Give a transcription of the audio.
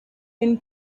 been